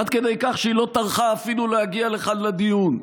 עד כדי כך שהיא לא טרחה אפילו להגיע לכאן לדיון.